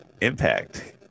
impact